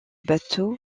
bateau